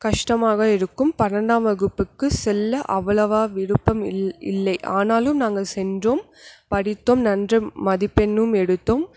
கஷ்டமாக இருக்கும் பன்னெண்டாம் வகுப்புக்கு செல்ல அவ்வளவாக விருப்பம் இல் இல்லை ஆனாலும் நாங்கள் சென்றோம் படித்தோம் நன்ற மதிப்பெண்ணும் எடுத்தோம்